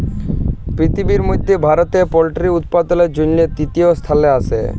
পিরথিবির মধ্যে ভারতে পল্ট্রি উপাদালের জনহে তৃতীয় স্থালে আসে